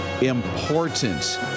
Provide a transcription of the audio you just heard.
important